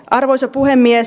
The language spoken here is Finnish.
arvoisa puhemies